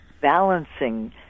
balancing